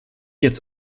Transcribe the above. jetzt